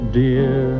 dear